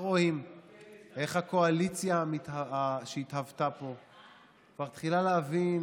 חברי כנסת שאתה קורא להם עכשיו